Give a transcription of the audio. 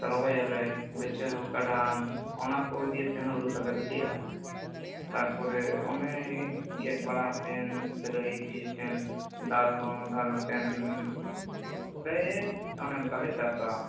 ᱨᱚᱦᱚᱭᱟᱞᱮ ᱜᱷᱟᱹᱪᱷᱟᱹᱣ ᱠᱟᱰᱟᱱ ᱚᱱᱟ ᱠᱚ ᱤᱫᱤ ᱭᱟᱛᱮ ᱦᱩᱲᱩ ᱛᱟᱞᱮ ᱵᱤᱞᱤᱜᱼᱟ ᱛᱟᱨᱯᱚᱨᱮ ᱚᱱᱮ ᱜᱮᱫ ᱵᱟᱲᱟ ᱠᱟᱛᱮᱱ ᱠᱷᱟᱹᱨᱟᱹᱭ ᱤᱫᱤᱭᱟᱛᱮᱱ ᱫᱟᱞ ᱦᱚᱸ ᱫᱟᱞ ᱟᱛᱮᱱ ᱟᱞᱮ ᱚᱱᱮ ᱚᱱᱠᱟ ᱞᱮ ᱪᱟᱥᱟ